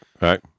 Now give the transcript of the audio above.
right